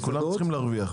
כולם צריכים להרוויח.